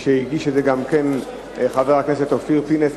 והגיש אותה גם חבר הכנסת אופיר פינס,